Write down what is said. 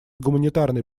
гуманитарной